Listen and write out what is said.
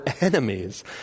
enemies